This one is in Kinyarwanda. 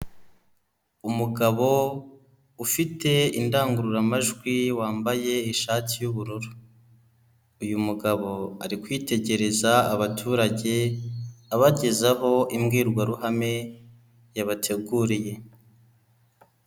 Umugabo ufite indangururamajwi wambaye ishati y'ubururu, uyu mugabo ari kwitegereza abaturage abagezaho imbwirwaruhame yabateguriye.